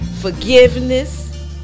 Forgiveness